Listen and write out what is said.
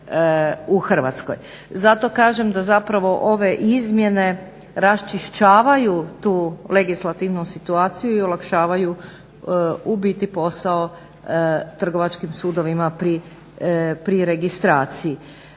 Zato kažem da zapravo ove izmjene raščišćavaju tu legislativnu situaciju i olakšavaju u biti posao trgovačkim sudovima pri registraciji.